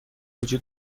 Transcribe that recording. وجود